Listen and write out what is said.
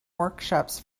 workshops